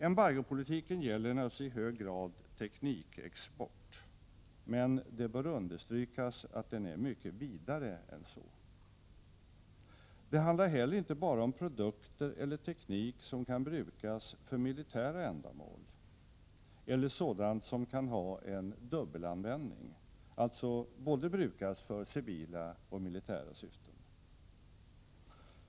Embargopolitiken gäller naturligtvis i hög grad teknikexport, men det bör understrykas att den är mycket vidare än så. Det handlar inte heller bara om produkter eller teknik som kan brukas för militära ändamål eller sådant som kan ha en dubbelanvändning, alltså brukas för både civila och militära syften.